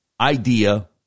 idea